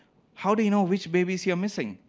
how do you know which babies you are missing?